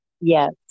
Yes